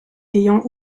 ayant